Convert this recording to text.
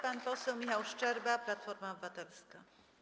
Pan poseł Michał Szczerba, Platforma Obywatelska.